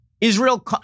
Israel